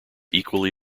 equally